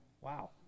Wow